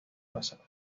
pasado